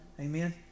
Amen